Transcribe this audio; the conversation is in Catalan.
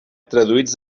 traduïts